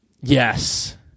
yes